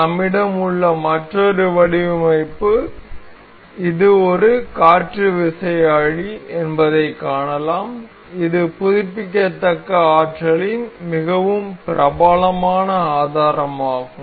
நம்மிடம் உள்ள மற்றொரு வடிவமைப்பு இது ஒரு காற்று விசையாழி என்பதைக் காணலாம் இது புதுப்பிக்கத்தக்க ஆற்றலின் மிகவும் பிரபலமான ஆதாரமாகும்